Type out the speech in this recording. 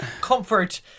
comfort